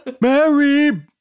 Mary